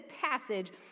passage